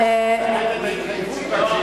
את ההתחייבות להציג.